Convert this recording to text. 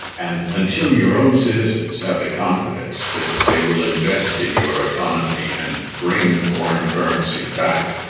and until your own citizens have the confidence that they will invest in your economy and bring foreign currency back,